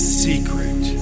secret